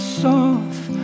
soft